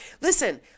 Listen